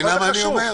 את מבינה מה אני אומר?